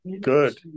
Good